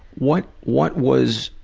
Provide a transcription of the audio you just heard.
what? what was,